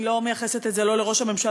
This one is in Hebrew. אני לא מייחסת את זה לא לראש הממשלה,